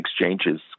exchanges